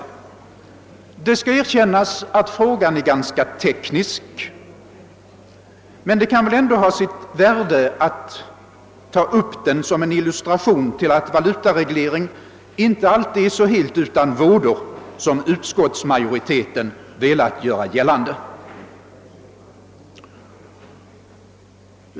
Det skall erkännas att frågan är ganska teknisk, men den kan ändå ha sitt värde som illustration till att valutaregleringen inte alltid är så helt utan vådor, som utskottsmajoriteten velat göra gällande.